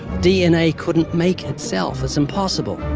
dna couldn't make itself. it's impossible.